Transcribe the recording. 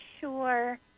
sure